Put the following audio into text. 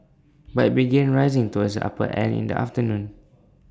but IT began rising towards the upper end in the afternoon